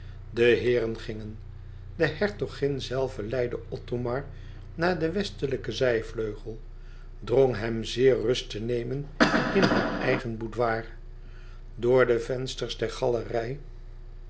de heeren gingen de hertogin zelve leidde othomar naar den westelijken zijvleugel drong hem zeer rust te nemen in haar eigen boudoir door de vensters der galerij